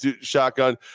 shotgun